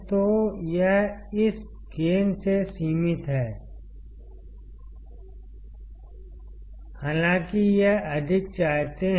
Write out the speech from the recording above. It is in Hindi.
तो यह इस गेन से सीमित है हालांकि यह अधिक चाहते हैं